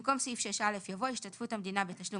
(3) במקום סעיף 6א יבוא: "השתתפות המדינה 6א. בתשלום